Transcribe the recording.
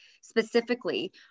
specifically